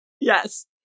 yes